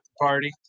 party